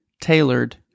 tailored